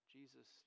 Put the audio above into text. Jesus